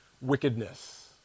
wickedness